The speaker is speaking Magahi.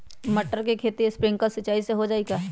मटर के खेती स्प्रिंकलर सिंचाई से हो जाई का?